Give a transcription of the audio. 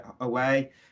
away